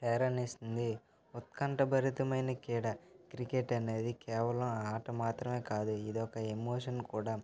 ప్రేరణను ఇస్తుంది ఉత్కంఠ భరితమైన క్రీడ క్రికెట్ అనేది కేవలం ఆట మాత్రమే కాదు ఇదొక ఎమోషన్ కూడా